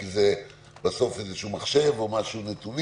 כי זה בסוף איזשהו מחשב או נתונים.